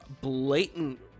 blatant